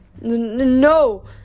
No